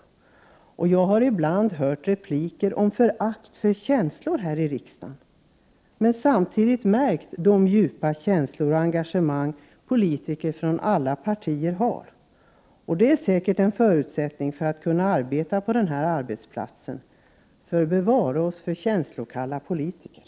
Då och då hör jag repliker om att det skulle finnas ett förakt för känslor här i riksdagen. Men jag har också märkt att det finns starka känslor och ett verkligt engagemang hos politiker från alla partier, och det är säkert en förutsättning för arbetet på denna arbetsplats. Bevare oss för känslokalla politiker!